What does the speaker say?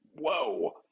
whoa